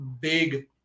big